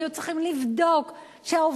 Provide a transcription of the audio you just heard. הם היו צריכים לבדוק שהעובדים,